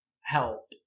help